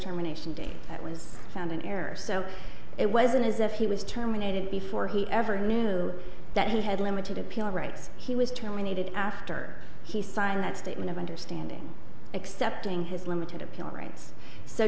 germination date that was found in error so it wasn't as if he was terminated before he ever knew that he had limited appeal rights he was terminated after he signed that statement of understanding accepting his limited appeal rights so